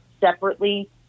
separately